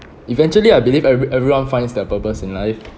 eventually I believe eve~ everyone finds their purpose in life